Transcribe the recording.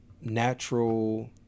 natural